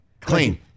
Clean